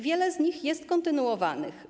Wiele z nich jest kontynuowanych.